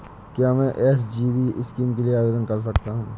क्या मैं SGB scheme के लिए आवेदन कर सकता हूँ?